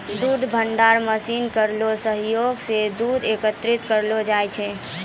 दूध भंडारण मसीन केरो सहयोग सें दूध एकत्रित करलो जाय छै